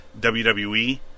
WWE